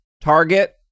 Target